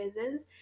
presence